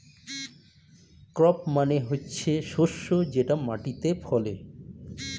crop মানে হচ্ছে শস্য যেটা মাটিতে ফলে